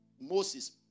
Moses